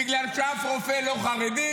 בגלל שאף רופא לא חרדי?